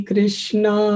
Krishna